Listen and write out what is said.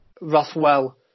Rothwell